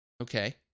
Okay